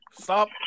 Stop